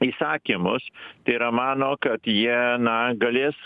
įsakymus tai yra mano kad jie na galės